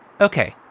okay